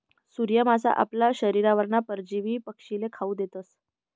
सूर्य मासा आपला शरीरवरना परजीवी पक्षीस्ले खावू देतस